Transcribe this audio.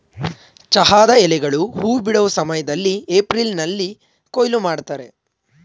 ಚಹಾದ ಎಲೆಗಳು ಹೂ ಬಿಡೋ ಸಮಯ್ದಲ್ಲಿ ಏಪ್ರಿಲ್ನಲ್ಲಿ ಕೊಯ್ಲು ಮಾಡ್ತರೆ